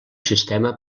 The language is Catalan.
sistema